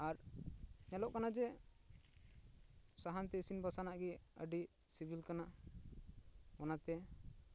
ᱟᱨ ᱧᱮᱞᱚᱜ ᱠᱟᱱᱟ ᱡᱮ ᱥᱟᱦᱟᱱ ᱛᱮ ᱤᱥᱤᱱ ᱵᱟᱥᱟᱝᱼᱟᱜ ᱜᱮ ᱟᱹᱰᱤ ᱥᱤᱵᱤᱞ ᱠᱟᱱᱟ ᱚᱱᱟ ᱛᱮ